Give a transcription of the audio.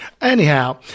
Anyhow